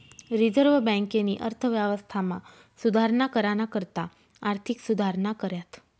reserve बँकेनी अर्थव्यवस्थामा सुधारणा कराना करता आर्थिक सुधारणा कऱ्यात